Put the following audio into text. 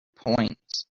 points